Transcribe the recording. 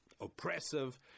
oppressive